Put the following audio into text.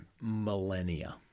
millennia